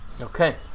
Okay